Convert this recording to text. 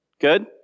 Good